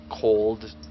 cold